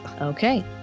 Okay